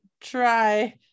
try